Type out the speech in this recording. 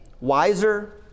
wiser